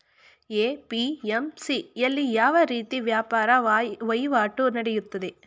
APMC ಯಲ್ಲಿ ಯಾವ ರೀತಿ ವ್ಯಾಪಾರ ವಹಿವಾಟು ನೆಡೆಯುತ್ತದೆ?